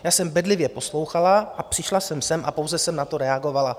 Já jsem bedlivě poslouchala, přišla jsem sem a pouze jsem na to reagovala.